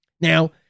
Now